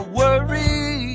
worry